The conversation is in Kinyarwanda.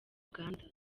uganda